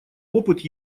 опыт